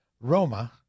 Roma